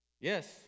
Yes